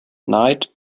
night